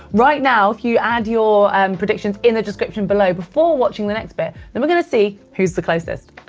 right now, if you add your predictions in the description below before watching the next bit, then we're going to see who's the closest.